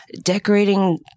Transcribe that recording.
decorating